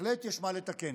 בהחלט יש מה לתקן.